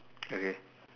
okay